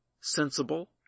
sensible